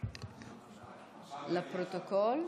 לפרוטוקול.